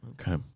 Okay